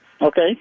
Okay